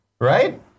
Right